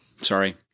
sorry